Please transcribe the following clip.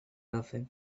nothing